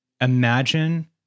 imagine